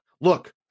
Look